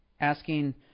Asking